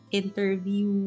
interview